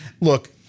Look